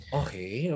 okay